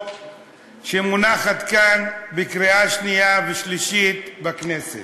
שמונחת כאן לקריאה שנייה ושלישית בכנסת,